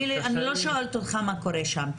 אני לא שואלת אותך מה קורה שם.